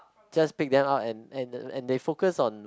just pick them out and and they focus on